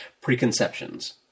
preconceptions